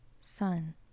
sun